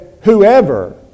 whoever